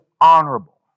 honorable